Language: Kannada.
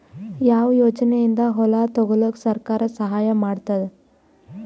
ಯಾವ ಯೋಜನೆಯಿಂದ ಹೊಲ ತೊಗೊಲುಕ ಸರ್ಕಾರ ಸಹಾಯ ಮಾಡತಾದ?